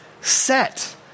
set